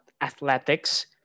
athletics